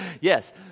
yes